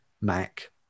Mac